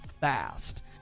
fast